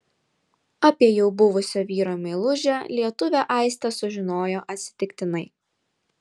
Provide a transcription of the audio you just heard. apie jau buvusio vyro meilužę lietuvę aistė sužinojo atsitiktinai